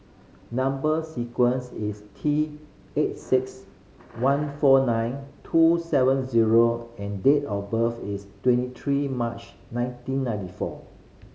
number sequence is T eight six one four nine two seven zero and date of birth is twenty three March nineteen ninety four